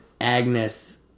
Agnes